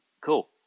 cool